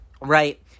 right